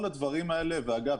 אגב,